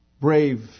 brave